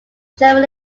german